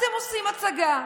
אתם עושים הצגה,